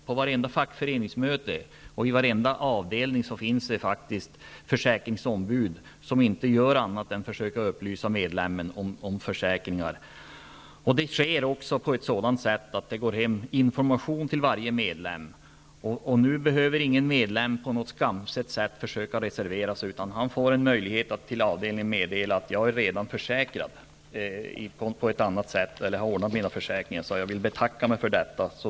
På varenda fackföreningsmöte och i varenda avdelning finns det faktiskt försäkringsombud som inte gör annat än försöker upplysa medlemmarna om försäkringar. Det sker också på ett sådant sätt att det går hem information till varje medlem. Nu behöver ingen medlem skamset försöka reservera sig, utan han får en möjlighet att meddela till avdelningen att han redan är försäkrad på annat sätt och betackar sig för detta.